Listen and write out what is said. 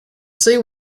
see